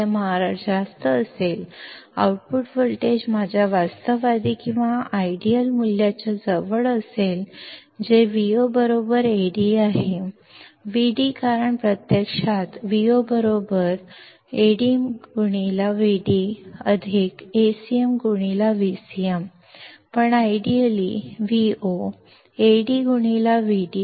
ನನ್ನ CMRR ಹೆಚ್ಚಿದ್ದರೆ output voltage ವಾಸ್ತವಿಕ ಅಥವಾ ಆದರ್ಶ ಮೌಲ್ಯಕ್ಕೆ ಹತ್ತಿರದಲ್ಲಿದೆ ಅದು VoAd Vd ಏಕೆಂದರೆ ವಾಸ್ತವದಲ್ಲಿ VoAdVdAcmVcm ಆದರೆ ಆದರ್ಶಪ್ರಾಯವಾಗಿ Vo ಎಂಬುದು AdVd ಆಗಿರುತ್ತದೆ